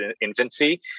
infancy